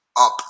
up